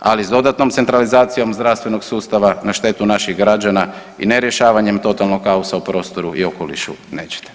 ali s dodatnom centralizacijom zdravstvenog sustava na štetu naših građana i nerješavanjem totalnog kaosa u prostoru i okolišu, nećete.